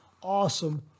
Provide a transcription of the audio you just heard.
awesome